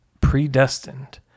predestined